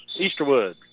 Easterwood